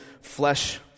flesh